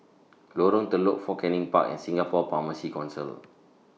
Lorong Telok Fort Canning Park and Singapore Pharmacy Council